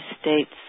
states